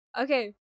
Okay